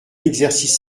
exercice